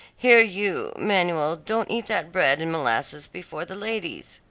here you, manuel, don't eat that bread and molasses before the ladies.